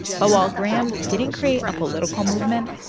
but while graham didn't create a political movement.